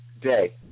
day